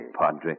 Padre